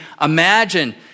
imagine